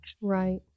Right